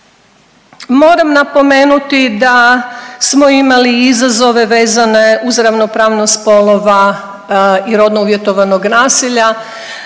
Moram napomenuti da smo imali i izazove vezane uz ravnopravnost spolova i rodno uvjetovanog nasilja,